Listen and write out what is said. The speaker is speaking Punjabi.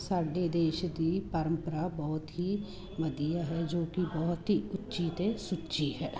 ਸਾਡੇ ਦੇਸ਼ ਦੀ ਪਰੰਪਰਾ ਬਹੁਤ ਹੀ ਵਧੀਆ ਹੈ ਜੋ ਕਿ ਬਹੁਤ ਹੀ ਉੱਚੀ ਅਤੇ ਸੁੱਚੀ ਹੈ